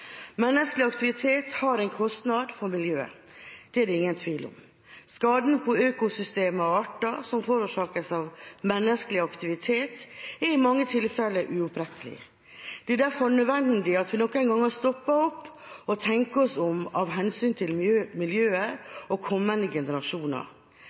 Menneskelig aktivitet har en kostnad for miljøet. Det er det ingen tvil om. Skaden på økosystemer og arter som forårsakes av menneskelig aktivitet, er i mange tilfeller uopprettelig. Det er derfor nødvendig at vi noen ganger stopper opp og tenker oss om av hensyn til